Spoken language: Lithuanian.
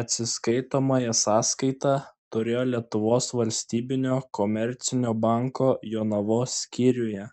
atsiskaitomąją sąskaitą turėjo lietuvos valstybinio komercinio banko jonavos skyriuje